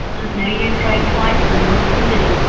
twas no use going twice when once would do,